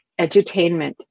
Edutainment